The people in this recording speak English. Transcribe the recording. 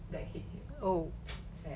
blackhead here sad